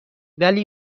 ولی